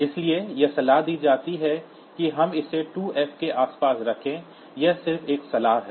इसलिए यह सलाह दी जाती है कि हम इसे 2F के आसपास रखें यह सिर्फ एक सलाह है